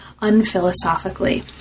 unphilosophically